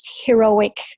heroic